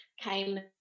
came